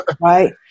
right